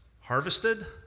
harvested